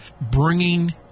bringing